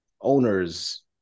owners